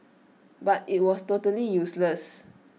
but IT was totally useless